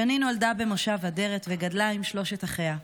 שני נולדה במושב אדרת וגדלה עם שלושת אחיה.